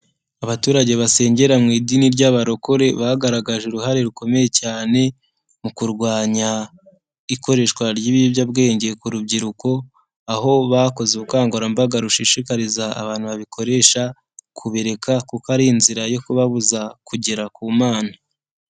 Abaturage basengera mu idini ry'abarokore bagaragaje uruhare rukomeye cyane mu kurwanya ikoreshwa ry'ibiyobyabwenge ku rubyiruko, aho bakoze ubukangurambaga rushishikariza abantu babikoresha kubireka kuko ari inzira yo kubabuza kugera ku mana.